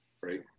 right